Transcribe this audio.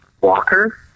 Walker